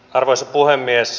arvoisa puhemies